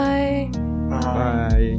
Bye